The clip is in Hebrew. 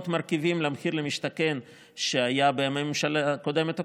מרכיבים למחיר למשתכן שהיה בממשלה הקודמת הקודמת,